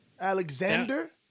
Alexander